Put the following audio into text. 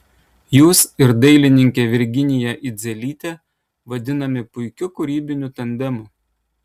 jūs ir dailininkė virginija idzelytė vadinami puikiu kūrybiniu tandemu